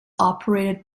operated